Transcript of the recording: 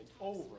over